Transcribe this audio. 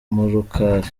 murukali